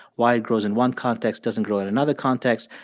why it grows in one context, doesn't grow in another context.